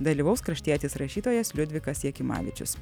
dalyvaus kraštietis rašytojas liudvikas jakimavičius